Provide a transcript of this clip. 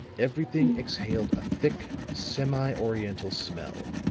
everything exhaled a thick, semi-oriental smell.